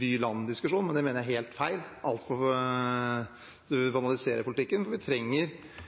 by/land-diskusjon, og det mener jeg er helt feil. Da banaliserer man politikken. Noe av grunnen til